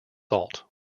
salt